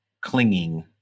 clinging